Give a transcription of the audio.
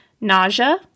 Nausea